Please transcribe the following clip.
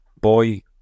boy